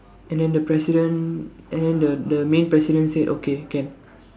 and then the president and the the main president said okay can